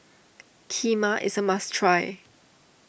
Kheema is a must try